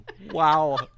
Wow